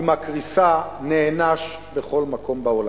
ועם הקריסה הוא נענש בכל מקום בעולם.